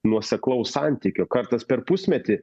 nuoseklaus santykio kartas per pusmetį